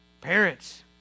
Parents